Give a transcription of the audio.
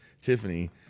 Tiffany